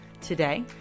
Today